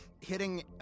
hitting